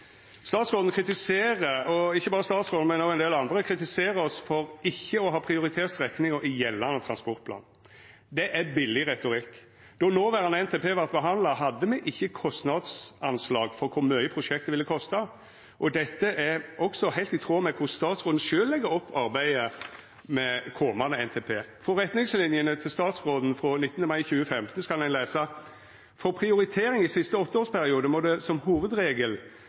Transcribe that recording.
Statsråden – og ikkje berre statsråden, men òg ein del andre – kritiserer oss for ikkje å ha prioritert strekninga i gjeldande transportplan. Det er billeg retorikk. Då noverande NTP vart behandla, hadde me ikkje kostnadsanslag på kor mykje prosjektet ville kosta. Dette er også heilt i tråd med korleis statsråden sjølv legg opp arbeidet med komande NTP. Frå retningslinjene til statsråden for 2015 kan ein lesa: «For prioritering i siste åtteårsperiode må det som